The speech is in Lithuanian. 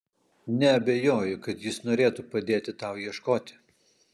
neabejoju kad jis norėtų padėti tau ieškoti